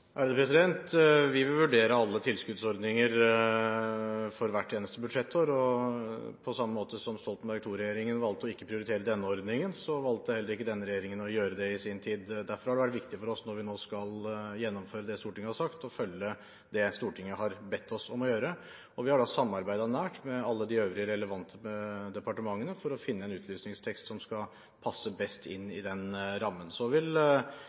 Vi vil vurdere alle tilskuddsordninger for hvert eneste budsjettår. På samme måte som Stoltenberg II-regjeringen valgte ikke å prioritere denne ordningen, valgte heller ikke denne regjeringen å gjøre det i sin tid. Derfor har det vært viktig for oss når vi nå skal gjennomføre det Stortinget har sagt, å følge det Stortinget har bedt oss om å gjøre. Vi har da samarbeidet nært med alle de øvrige relevante departementene for å finne en utlysningstekst som skal passe best inn i den rammen. Så vil